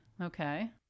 Okay